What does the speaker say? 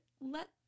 let